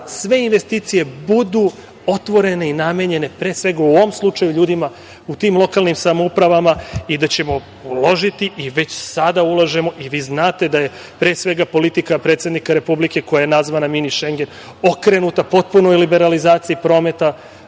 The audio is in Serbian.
sve investicije budu otvorene i namenjene pre svega u ovom slučaju ljudima u tim lokalnim samoupravama i da ćemo uložiti i već sada ulažemo i vi znate da je pre svega politika predsednika Republike koja je nazvana "mini šengen" okrenuta potpunoj liberalizaciji prometa